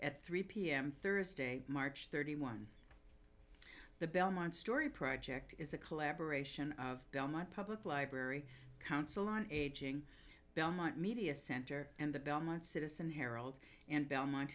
at three pm thursday march thirty one the belmont story project is a collaboration of belmont public library council on aging belmont media center and the belmont citizen harold and belmont